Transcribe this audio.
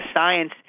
science